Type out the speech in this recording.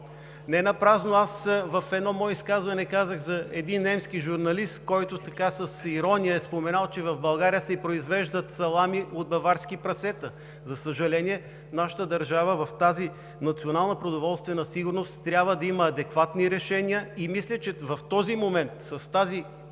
Ненапразно аз в едно мое изказване казах за един немски журналист, който със съжаление е споменал, че в България се произвеждат салами от баварски прасета. За съжаление, нашата държава в тази национална продоволствена сигурност трябва да има адекватни решения и мисля, че в този момент с тази